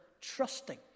trusting